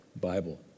Bible